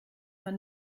man